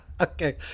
okay